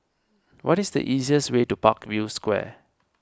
what is the easiest way to Parkview Square